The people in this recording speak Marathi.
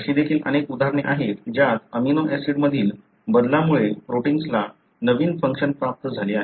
अशी देखील अनेक उदाहरणे आहेत ज्यात अमिनो ऍसिड मधील बदलामुळे प्रोटिन्सला नवीन फंक्शन प्राप्त झाले आहेत